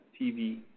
TV